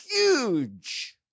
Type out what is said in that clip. huge